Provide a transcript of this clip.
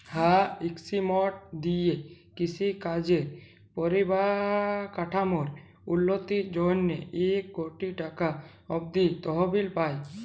হাঁ ইস্কিমট দিঁয়ে কিষি কাজের পরিকাঠামোর উল্ল্যতির জ্যনহে ইক কটি টাকা অব্দি তহবিল পায়